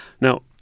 Now